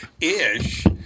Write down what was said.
Ish